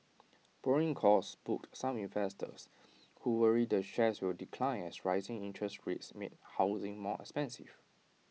borrowing costs spooked some investors who worry the shares will decline as rising interest rates make housing more expensive